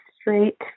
straight